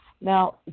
Now